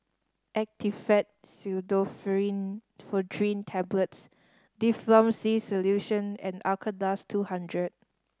Actifed Pseudoephedrine Tablets Difflam C Solution and Acardust two hundred